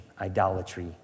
idolatry